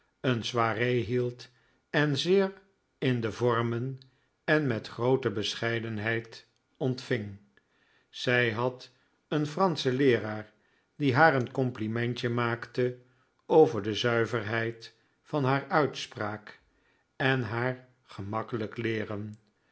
een soiree hield en zeer in de vormen en met groote bescheidenheid ontving zij had een franschen leeraar die haar een complimentje maakte over de zuiverheid van haar uitspraak en haar gemakkelijk leeren